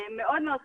מאוד מאוד חשוב.